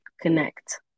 connect